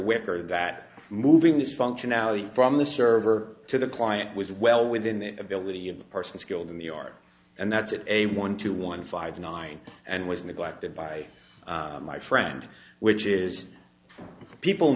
whicker that moving this functionality from the server to the client was well within the ability of the person skilled in the art and that's it a one two one five nine and was neglected by my friend which is people